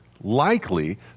likely